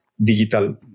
digital